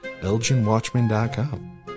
elginwatchman.com